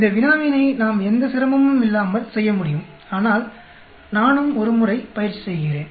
இந்த வினாவினை நாம் எந்த சிரமமும் இல்லாமல் செய்ய முடியும் ஆனால் நானும் ஒரு முறை பயிற்சி செய்கிறேன்